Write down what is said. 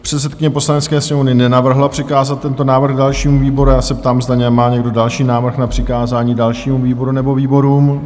Předsedkyně Poslanecké sněmovny nenavrhla přikázat tento návrh dalšímu výboru a já se ptám, zda má někdo další návrh na přikázání dalšímu výboru nebo výborům?